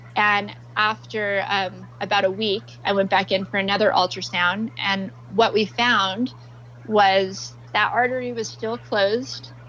and after um about a week i went back in for another ultrasound and what we found was that artery was still closed,